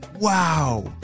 Wow